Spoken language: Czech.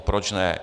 Proč ne?